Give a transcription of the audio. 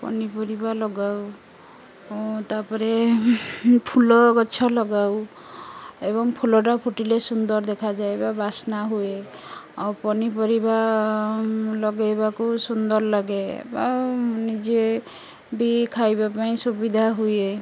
ପନିପରିବା ଲଗାଉ ତାପରେ ଫୁଲ ଗଛ ଲଗାଉ ଏବଂ ଫୁଲଟା ଫୁଟିଲେ ସୁନ୍ଦର ଦେଖାଯାଏ ବା ବାସ୍ନା ହୁଏ ଆଉ ପନିପରିବା ଲଗେଇବାକୁ ସୁନ୍ଦର ଲାଗେ ବା ନିଜେ ବି ଖାଇବା ପାଇଁ ସୁବିଧା ହୁଏ